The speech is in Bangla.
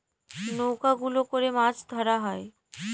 নৌকা গুলো করে মাছ ধরা হয়